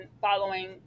following